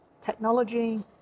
technology